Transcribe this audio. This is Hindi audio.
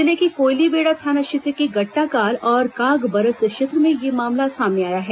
जिले के कोयलीबेड़ा थाना क्षेत्र के गट्टाकाल और कागबरस क्षेत्र में यह मामला सामने आया है